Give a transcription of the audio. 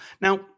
Now